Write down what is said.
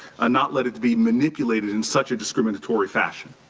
not let it be manipulated in such a discriminatory fashion?